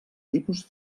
tipus